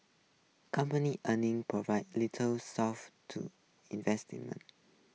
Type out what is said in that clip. company earnings provided little solace to investment